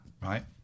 right